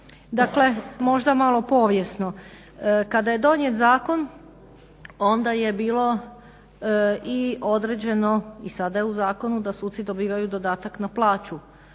dakle možda malo povijesno. Kada je donijet zakon onda je bilo i određeno i sada je u zakonu da suci dobivaju dodatak na plaću